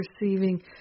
receiving